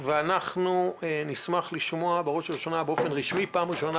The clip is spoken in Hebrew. אנחנו נשמע באופן רשמי מנציגי משרד הבריאות בפעם הראשונה